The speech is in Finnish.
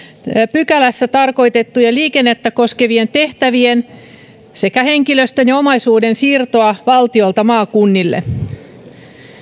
pykälässä tarkoitettujen liikennettä koskevien tehtävien sekä henkilöstön ja omaisuuden siirtoa valtiolta maakunnille